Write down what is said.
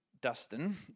Dustin